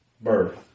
birth